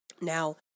now